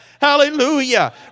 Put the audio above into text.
Hallelujah